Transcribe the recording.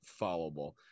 followable